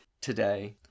today